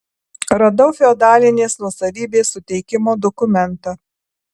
radau feodalinės nuosavybės suteikimo dokumentą